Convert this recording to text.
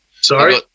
Sorry